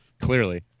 Clearly